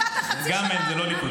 גם אין, זה לא ליכוד.